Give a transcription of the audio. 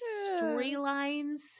storylines